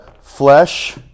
flesh